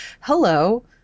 hello